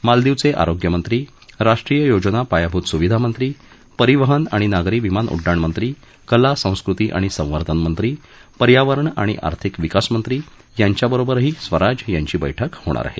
मालदीवचे आरोग्य मंत्री राष्ट्रीय योजना पायाभूत सुविधामंत्री परिवहन आणि नागरी विमान उड्डाणमंत्री कला संस्कृती आणि संवर्धन मंत्री पर्यावरण आणि आर्थिक विकासमंत्री यांच्याबरोबरही स्वराज यांची बहिक होणार आहे